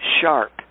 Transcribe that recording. Sharp